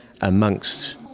amongst